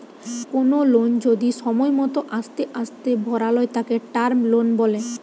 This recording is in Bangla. কোনো লোন যদি সময় মতো আস্তে আস্তে ভরালয় তাকে টার্ম লোন বলে